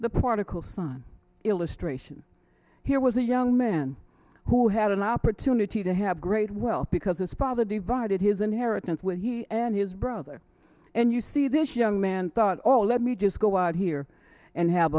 the particle son illustration here was a young man who had an opportunity to have great wealth because as father divided his inheritance with he and his brother and you see this young man thought all let me just go out here and have